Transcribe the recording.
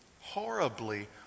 Horribly